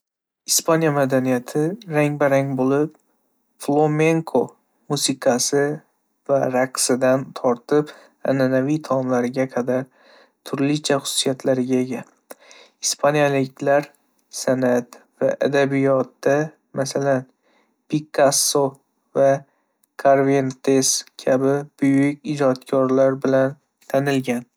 Ispaniya madaniyati rang-barang bo'lib, flamenco musiqasi va raqsidan tortib, an'anaviy taomlariga qadar turlicha xususiyatlarga ega. Ispaniyaliklar san'at va adabiyotda, masalan, Picasso va Cervantes kabi buyuk ijodkorlar bilan tanil.